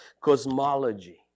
cosmology